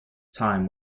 time